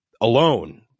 alone